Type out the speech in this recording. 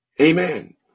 amen